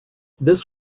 this